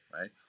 right